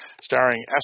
starring